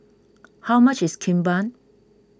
how much is Kimbap